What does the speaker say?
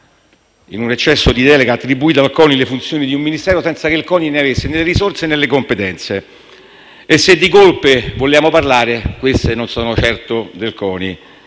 in un eccesso di delega, ha attribuito al CONI le funzioni di un Ministero, senza che il CONI ne avesse né le risorse né le competenze. E se di colpe vogliamo parlare, queste non sono certo del CONI.